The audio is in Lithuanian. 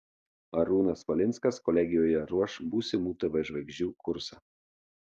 arūnas valinskas kolegijoje ruoš būsimų tv žvaigždžių kursą